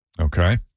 Okay